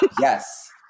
Yes